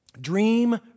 Dream